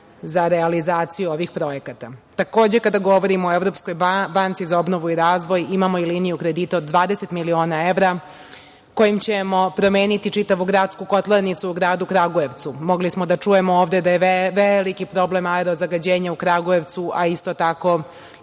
za realizaciju ovih projekata. Takođe, kada govorimo o Evropskoj banci za obnovu i razvoj, imamo i liniju kredita od 20 miliona evra, kojim ćemo promeniti čitavu gradsku kotlarnicu u gradu Kragujevcu. Mogli smo da čujemo ovde da je veliki problem aerozagađenje u Kragujevcu, a isto tako